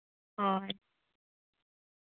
ᱦᱳᱭ